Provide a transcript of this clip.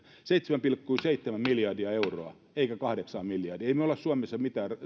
seitsemän pilkku seitsemän miljardia euroa eikä kahdeksaa miljardia emme me ole suomessa mitään